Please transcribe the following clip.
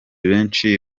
benshi